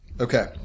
Okay